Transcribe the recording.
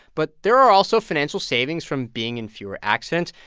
but there are also financial savings from being in fewer accidents.